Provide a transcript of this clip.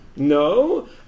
No